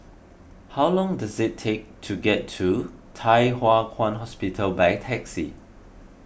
how long does it take to get to Thye Hua Kwan Hospital by taxi